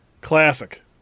Classic